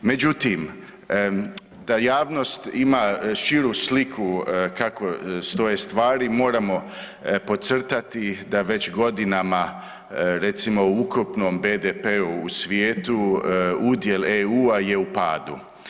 Međutim, da javnost ima širu sliku kako stoje stvari, moramo podcrtati da već godinama recimo u ukupnom BDP-u u svijetu, udjel EU-a je u padu.